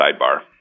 sidebar